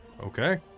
Okay